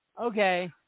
Okay